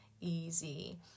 easy